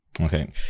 Okay